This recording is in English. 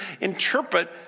interpret